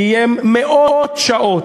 קיים מאות שעות,